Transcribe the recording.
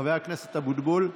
חבר הכנסת אבוטבול?